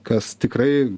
kas tikrai